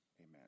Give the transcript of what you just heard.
amen